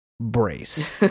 Brace